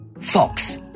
Fox